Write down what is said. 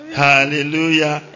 hallelujah